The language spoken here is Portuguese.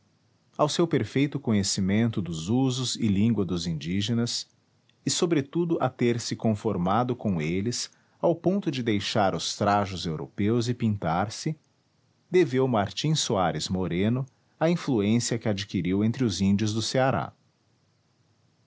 ao seu perfeito conhecimento dos usos e língua dos indígenas e sobretudo a ter-se conformado com eles ao ponto de deixar os trajos europeus e pintar se deveu martim soares moreno a influência que adquiriu entre os índios do ceará